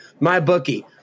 MyBookie